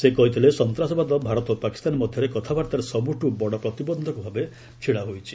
ସେ କହିଥିଲେ ସନ୍ତାସବାଦ ଭାରତ ଓ ପାକିସ୍ତାନ ମଧ୍ୟରେ କଥାବାର୍ତ୍ତାରେ ସବୁଠୁ ବଡ଼ ପ୍ରତିବନ୍ଧକ ଭାବେ ଛିଡ଼ା ହୋଇଛି